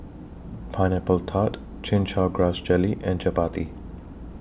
Pineapple Tart Chin Chow Grass Jelly and Chappati